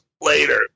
later